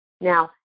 Now